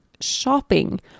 shopping